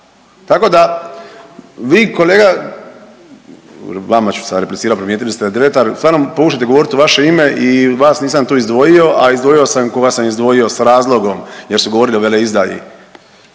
tako da vi kolega, vama ću sad replicirat, primijetili ste Dretar, stvarno pokušajte govorit u vaše ime i vas nisam tu izdvojio, a izdvojio sam koga sam izdvojio s razlogom jer su govorili o veleizdaji.